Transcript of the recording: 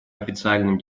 официальным